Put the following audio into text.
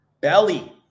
belly